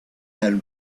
had